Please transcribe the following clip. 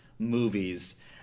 movies